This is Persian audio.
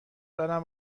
دارم